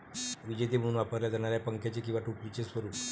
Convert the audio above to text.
विजेते म्हणून वापरल्या जाणाऱ्या पंख्याचे किंवा टोपलीचे स्वरूप